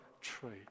trade